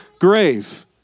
grave